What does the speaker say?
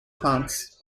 plants